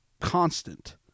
constant